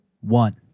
one